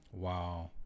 wow